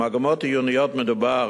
במגמות עיוניות מדובר